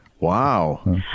Wow